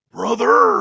Brother